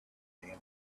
anthem